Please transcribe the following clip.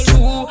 Two